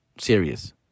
serious